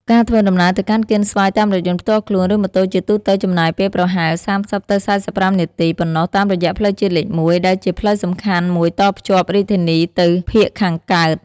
ការធ្វើដំណើរទៅកាន់កៀនស្វាយតាមរថយន្តផ្ទាល់ខ្លួន ឬម៉ូតូជាទូទៅចំណាយពេលប្រហែល ៣០ ទៅ ៤៥ នាទី ប៉ុណ្ណោះតាមរយៈផ្លូវជាតិលេខ ១ ដែលជាផ្លូវសំខាន់មួយតភ្ជាប់រាជធានីទៅភាគខាងកើត។